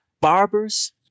barbers